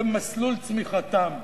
במסלול צמיחתם,